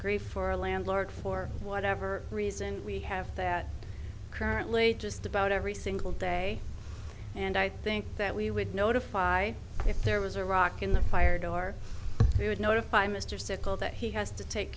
grief for a landlord for whatever reason we have that currently just about every single day and i think that we would notify if there was a rock in the fire door we would notify mr cicle that he has to take